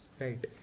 Right